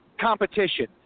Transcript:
competition